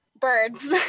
birds